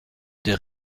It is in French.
des